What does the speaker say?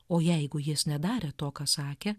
o jeigu jis nedarė to ką sakė